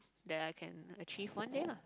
that I can achieve one day lah